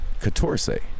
Catorce